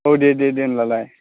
औ दे दे दे होब्लालाय